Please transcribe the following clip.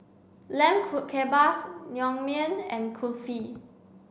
Lamb Kebabs Naengmyeon and Kulfi